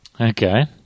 Okay